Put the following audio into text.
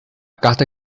carta